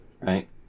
Right